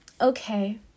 Okay